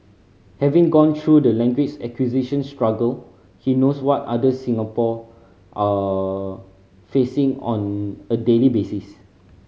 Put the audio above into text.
having gone through the language acquisition struggle he knows what others Singapore are facing on a daily basis